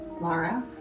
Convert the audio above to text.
Laura